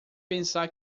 pensar